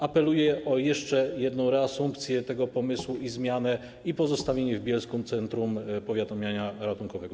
Apeluję o jeszcze jedną reasumpcję tego pomysłu i zmianę, czyli pozostawienie w Bielsku Centrum Powiadamiania Ratunkowego.